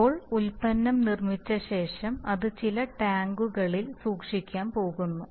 ഇപ്പോൾ ഉൽപ്പന്നം നിർമ്മിച്ച ശേഷം അത് ചില ടാങ്കുകളിൽ സൂക്ഷിക്കാൻ പോകുന്നു